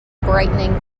brightening